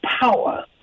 power